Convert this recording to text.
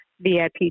VIP